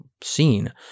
scene